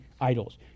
idols